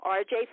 rj